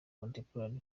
contemporary